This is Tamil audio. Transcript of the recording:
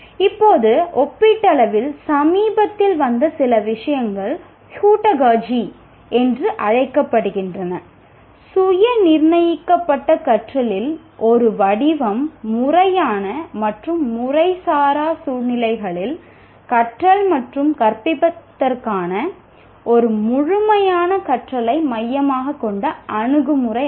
இப்போது ஒப்பீட்டளவில் சமீபத்தில் வந்த சில விஷயங்கள் ஹூடாகோஜி என்று அழைக்கப்படுகின்றன சுய நிர்ணயிக்கப்பட்ட கற்றலின் ஒரு வடிவம் முறையான மற்றும் முறைசாரா சூழ்நிலைகளில் கற்றல் மற்றும் கற்பிப்பதற்கான ஒரு முழுமையான கற்றலை மையமாகக் கொண்ட அணுகுமுறையாகும்